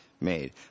made